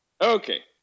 Okay